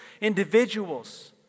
individuals